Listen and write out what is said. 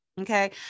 Okay